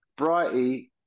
Brighty